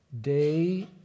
day